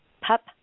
Pup